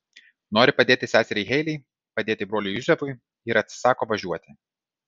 nori padėti seseriai heliai padėti broliui juzefui ir atsisako važiuoti